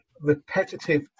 repetitive